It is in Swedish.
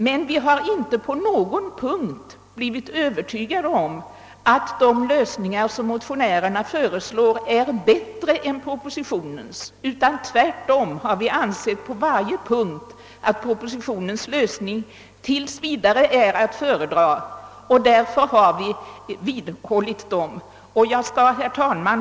Men vi har inte på någon punkt blivit övertygade om att de lösningar motionärerna föreslår är bättre än propositionens förslag; tvärtom har vi ansett att propositionens lösningar på varje punkt tills vidare är att föredra. Därför har vi hållit fast vid propositionen.